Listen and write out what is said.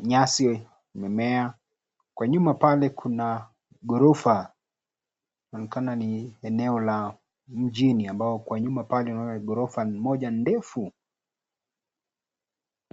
nyasi, mimea. Kwa nyuma pale kuna ghorofa. Inaonekana ni eneo la mjini ambao kwa nyuma pale unaona gorofa moja ndefu!